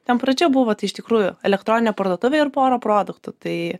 ten pradžia buvo tai iš tikrųjų elektroninė parduotuvė ir pora produktų tai